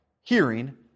hearing